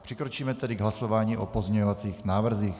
Přikročíme tedy k hlasování o pozměňovacích návrzích.